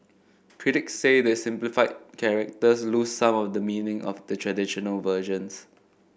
critics say the simplified characters lose some of the meaning of the traditional versions